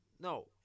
No